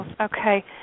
Okay